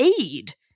aid